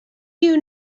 you